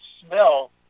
smell